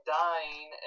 dying